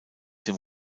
dem